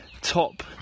top